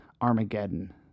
Armageddon